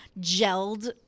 gelled